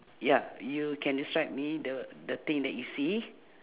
ya you can describe me the the thing that you see